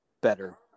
better